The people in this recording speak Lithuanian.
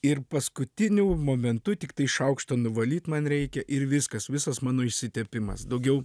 ir paskutiniu momentu tiktai šaukštą nuvalyt man reikia ir viskas visas mano išsitepimas daugiau